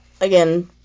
again